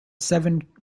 seven